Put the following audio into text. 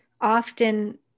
often